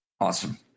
Awesome